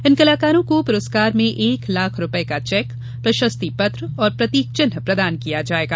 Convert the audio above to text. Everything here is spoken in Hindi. इन कलाकारों को पुरस्कार में एक लाख रुपये का चेक प्रशस्ति पत्र एवं प्रतीक चिह्न प्रदान किया जाएगा